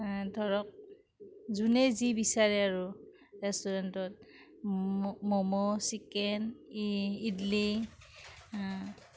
ধৰক যোনে যি বিচাৰে আৰু ৰেষ্টুৰেন্টত ম'ম' চিকেন ইডলি